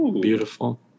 Beautiful